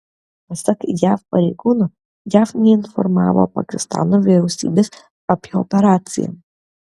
pasak jav pareigūno jav neinformavo pakistano vyriausybės apie operaciją